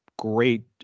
great